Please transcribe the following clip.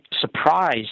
surprised